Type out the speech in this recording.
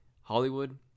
Hollywood